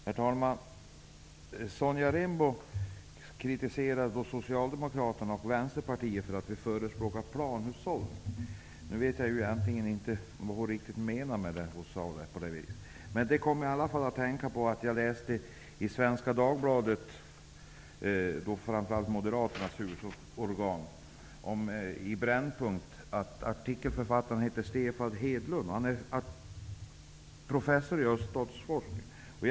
Herr talman! Sonja Rembo kritiserar Socialdemokraterna och Vänsterpartiet för att vi förespråkar planhushållning. Jag vet egentligen inte vad hon menar med det. Det fick mig i alla fall att tänka på något jag läste i Svenska Dagbladet, som framför allt är Moderaternas huvudorgan. Artikelförfattaren heter Stefan Hedlund, och han är professor i öststatsforskning.